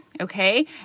okay